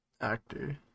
Actor